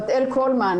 בתאל קולמן,